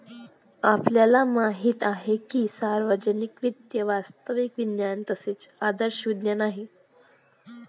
आपल्याला माहित आहे की सार्वजनिक वित्त वास्तविक विज्ञान तसेच आदर्श विज्ञान आहे